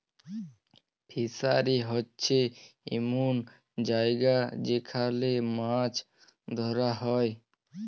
fishery হছে এমল জায়গা যেখালে মাছ ধ্যরা হ্যয়